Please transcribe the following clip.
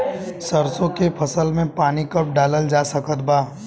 सरसों के फसल में पानी कब डालल जा सकत बा?